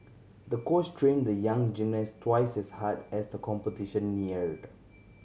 the coach trained the young gymnast twice as hard as the competition neared